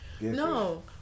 No